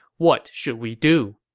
what should we do?